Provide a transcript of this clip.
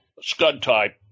SCUD-type